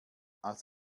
als